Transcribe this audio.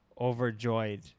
overjoyed